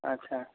ଆଚ୍ଛା